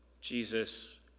Jesus